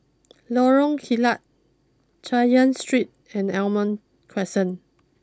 Lorong Kilat Chay Yan Street and Almond Crescent